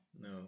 No